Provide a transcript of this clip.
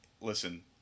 listen